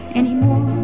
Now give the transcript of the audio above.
anymore